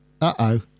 Uh-oh